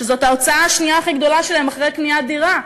זאת ההוצאה השנייה הכי גדולה שלהם אחרי קניית דירה,